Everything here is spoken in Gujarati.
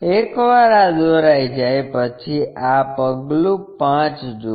એકવાર આ દોરાઈ જાય પછી આ પગલું 5 જુઓ